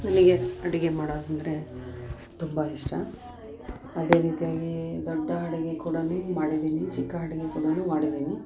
ನನಗೆ ಅಡುಗೆ ಮಾಡೋದಂದರೆ ತುಂಬಾ ಇಷ್ಟ ಅದೆ ರೀತಿಯಾಗಿ ದೊಡ್ಡ ಅಡುಗೆ ಕೂಡನು ಮಾಡಿದ್ದೀನಿ ಚಿಕ್ಕ ಅಡುಗೆ ಕೂಡನು ಮಾಡಿದ್ದೀನಿ